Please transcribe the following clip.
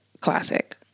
classic